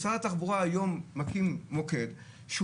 משרד התחבורה היום מקים מוקד שהוא